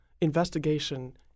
investigation